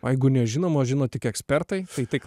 o jeigu nežinom o žino tik ekspertai tai tai kla